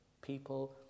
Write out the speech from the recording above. people